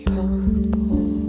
purple